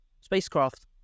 spacecraft